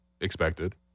expected